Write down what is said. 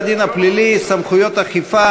הפלילי (סמכויות אכיפה,